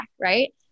right